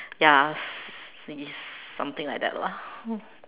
ya it's something like that lah